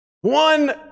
One